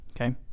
okay